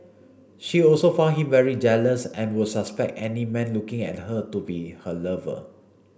she also found him very jealous and would suspect any man looking at her to be her lover